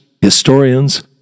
historians